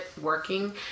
working